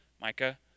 Micah